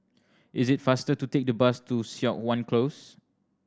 is it faster to take the bus to Siok Wan Close